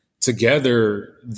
together